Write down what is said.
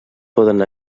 poden